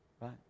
Right